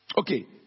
Okay